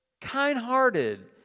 kind-hearted